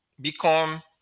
become